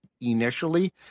initially